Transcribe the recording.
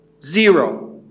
zero